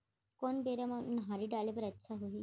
कोन बेरा म उनहारी डाले म अच्छा होही?